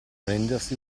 rendersi